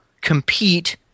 compete –